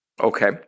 Okay